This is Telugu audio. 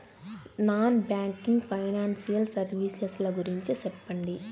నాన్ బ్యాంకింగ్ ఫైనాన్సియల్ సర్వీసెస్ ల గురించి సెప్పండి?